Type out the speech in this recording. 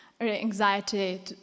anxiety